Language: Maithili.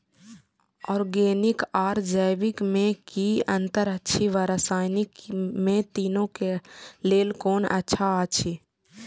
ऑरगेनिक आर जैविक में कि अंतर अछि व रसायनिक में तीनो क लेल कोन अच्छा अछि?